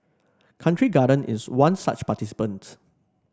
Country Garden is one such participant